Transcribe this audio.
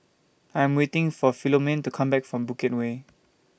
I'm waiting For Philomene to Come Back from Bukit Way